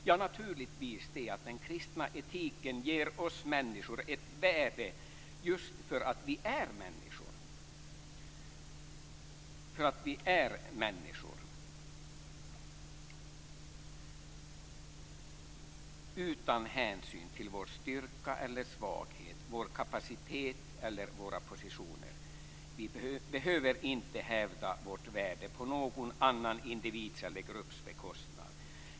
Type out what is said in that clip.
Ja, naturligtvis det att den kristna etiken ger oss människor ett värde just därför att vi är människor, oberoende av vår styrka eller svaghet, vår kapacitet eller våra positioner. Vi behöver inte hävda vårt värde på någon annan individs eller grupps bekostnad.